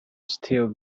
still